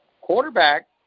quarterback